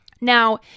Now